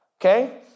okay